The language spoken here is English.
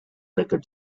record